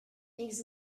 makes